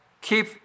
keep